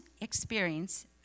experience